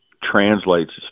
Translates